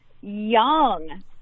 young